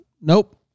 Nope